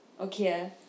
okay